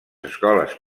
escoles